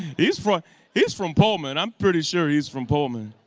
he's from he's from pullman, i'm pretty sure he's from pullman.